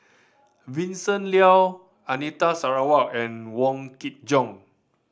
Vincent Leow Anita Sarawak and Wong Kin Jong